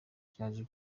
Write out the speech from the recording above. byaje